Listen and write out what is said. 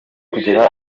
kugera